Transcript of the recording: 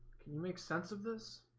can you make sense of this